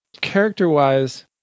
Character-wise